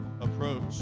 approach